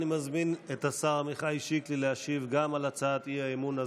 אני מזמין את השר עמיחי שקלי להשיב גם על הצעת האי-אמון הזו.